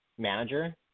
manager